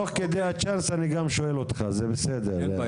תוך כדי ההזדמנות אני גם שואל אותך שאלות כי